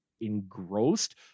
engrossed